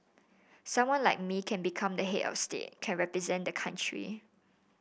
someone like me can become the head of state can represent the country